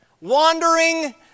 wandering